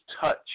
touch